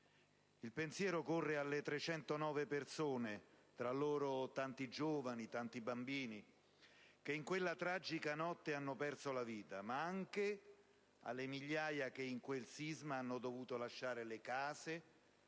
Il pensiero corre alle 309 persone - tra loro tanti giovani e bambini - che in quella tragica notte hanno perso la vita, ma va anche alle migliaia di persone che in quel sisma hanno dovuto lasciare le case